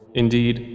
indeed